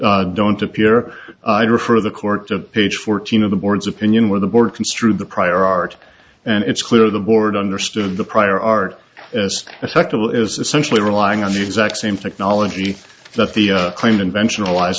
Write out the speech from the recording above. extent don't appear i refer the court to page fourteen of the board's opinion where the board construed the prior art and it's clear the board understood the prior art as respectable is essentially relying on the exact same technology that the claimed invention allies